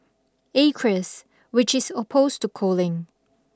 Acres which is opposed to culling